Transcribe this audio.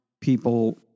people